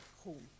home